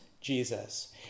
Jesus